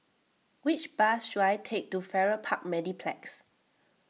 which bus should I take to Farrer Park Mediplex